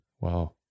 wow